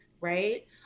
right